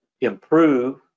improve